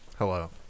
hello